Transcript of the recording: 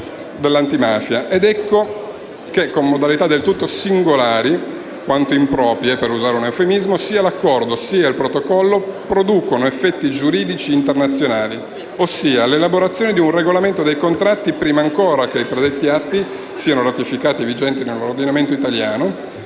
di antimafia. Ed ecco che, con modalità del tutto singolari quanto improprie (per usare un eufemismo), sia l'Accordo che il Protocollo producono effetti giuridici internazionali, ossia l'elaborazione di un regolamento dei contratti prima ancora che i predetti atti siano ratificati e vigenti nell'ordinamento italiano,